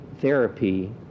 therapy